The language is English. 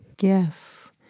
yes